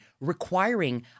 requiring